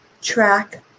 track